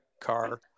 car